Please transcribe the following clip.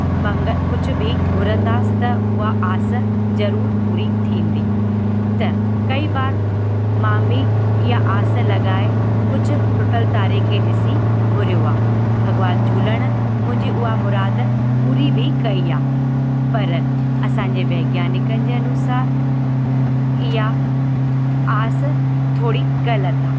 मंग कुझु बि घुरंदासीं त उहा आस ज़रूरु पूरी थींदी त कई बार मां भी इआ आस लॻाए कुझु टुटल तारे खे ॾिसी घुरियो आहे भॻिवानु झूलण मुंहिंजी उहा मुराद पूरी बि कई आहे पर असांजे वैज्ञानिकनि जे अनुसार इहा आस थोरी ग़लति आहे